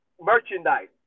merchandise